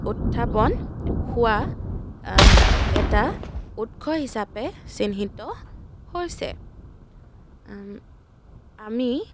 উত্থাপন হোৱা এটা উৎস হিচাপে চিহ্নিত হৈছে আমি